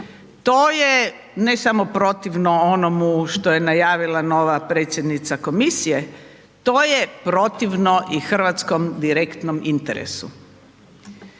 to je ne samo protivno onomu što je najavila nova predsjednica komisije, to je protivno i hrvatskom direktnom interesu.